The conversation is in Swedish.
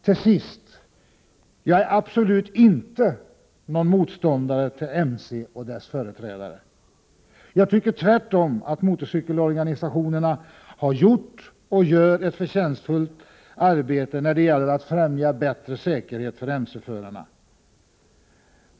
Till sist vill jag säga att jag absolut inte är någon motståndare till motorcykelåkande och till företrädarna för detta. Jag tycker tvärtom att motorcykelorganisationerna har gjort och gör ett förtjänstfullt arbete när det gäller att främja bättre säkerhet för motorcykelförarna.